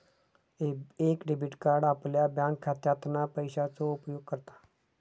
एक debit card आपल्या बँकखात्यातना पैशाचो उपयोग करता